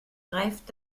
greift